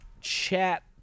chat